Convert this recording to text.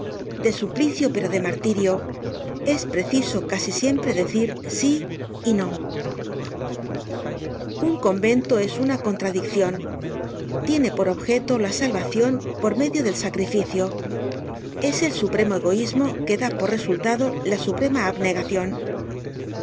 de suplicio pero de martirio es preciso casi siempre decir sí y no un convento es una contradiccion tiene por objeto la salvacion por medio el sacrificio es el supremo egoismo que da por resultado la suprema abnegacion